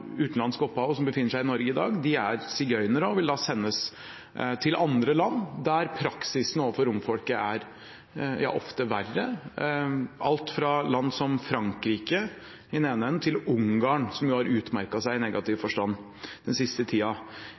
opphav, som befinner seg i Norge i dag, er sigøynere. De vil da sendes til andre land der praksisen overfor romfolket ofte er verre – alt fra land som Frankrike i den ene enden til Ungarn, som har utmerket seg i negativ forstand den siste